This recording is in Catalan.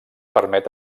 permet